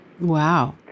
Wow